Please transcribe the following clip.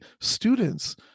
students